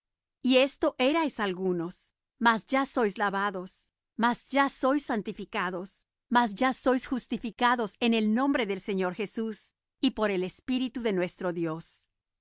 y esto erais algunos mas ya sois lavados mas ya sois santificados mas ya sois justificados en el nombre del señor jesús y por el espíritu de nuestro dios